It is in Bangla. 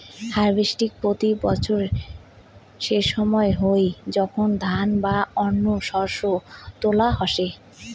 হার্ভেস্টিং প্রতি বছর সেসময়ত হই যখন ধান বা অন্য শস্য তোলা হসে